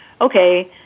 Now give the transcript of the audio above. okay